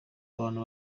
abantu